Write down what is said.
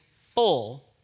full